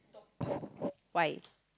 why